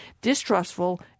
distrustful